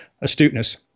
astuteness